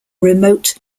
remote